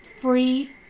free